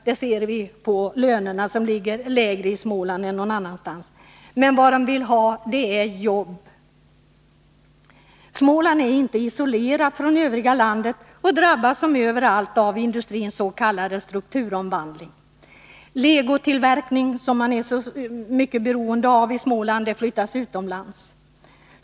Det ser vi på lönerna, som ligger lägre i Småland än någon annanstans. Men de vill ha jobb. Småland är inte heller isolerat från övriga landet och drabbas som alla andra län av industrins s.k. strukturomvandling. Legotillverkning, som man är mycket beroende av i Småland, flyttas utomlands.